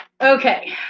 Okay